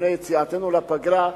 לפני יציאתנו לפגרה,